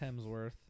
Hemsworth